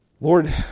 Lord